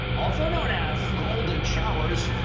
also known as. golden showers.